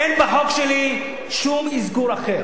אין בחוק שלי שום אזכור אחר.